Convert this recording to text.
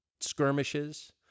skirmishes